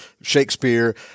Shakespeare